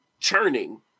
churning